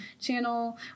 channel